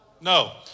No